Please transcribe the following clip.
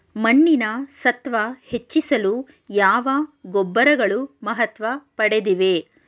ಮಣ್ಣಿನ ಸತ್ವ ಹೆಚ್ಚಿಸಲು ಯಾವ ಗೊಬ್ಬರಗಳು ಮಹತ್ವ ಪಡೆದಿವೆ?